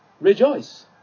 Rejoice